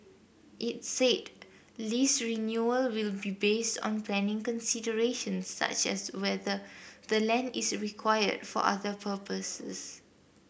its said lease renewal will be based on planning considerations such as whether the land is required for other purposes